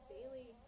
Bailey